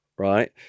Right